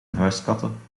huiskatten